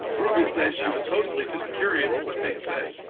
ruby says she was mostly just curious what they'd say.